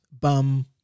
bum